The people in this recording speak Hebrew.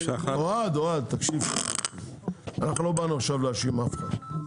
אוהד, אנחנו לא באנו עכשיו להאשים אף אחד.